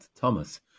Thomas